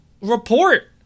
report